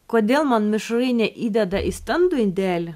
kodėl man mišrainę įdeda į standų indelį